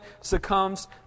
succumbs